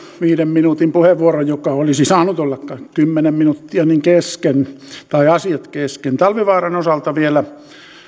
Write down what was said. viiden minuutin puheenvuoro joka olisi saanut olla kymmenen minuuttia kesken tai asiat kesken talvivaaran osalta vielä